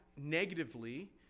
negatively